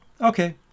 Okay